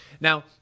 Now